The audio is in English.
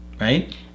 Right